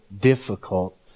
difficult